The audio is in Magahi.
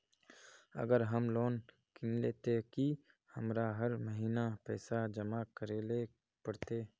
अगर हम लोन किनले ते की हमरा हर महीना पैसा जमा करे ले पड़ते?